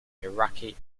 iraqi